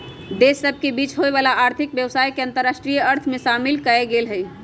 देश सभ के बीच होय वला आर्थिक व्यवसाय के अंतरराष्ट्रीय अर्थ में शामिल कएल गेल हइ